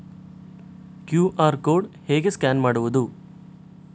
QR code ಹೇಗೆ scan ಮಾಡುವುದು?